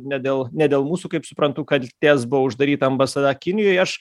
ne dėl ne dėl mūsų kaip suprantu kaltės buvo uždaryta ambasada kinijoj aš